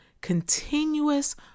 continuous